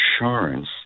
insurance